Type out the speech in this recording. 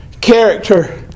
character